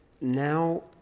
Now